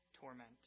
torment